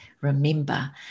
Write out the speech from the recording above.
remember